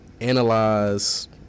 analyze